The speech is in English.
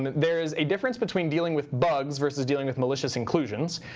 there is a difference between dealing with bugs versus dealing with malicious inclusions.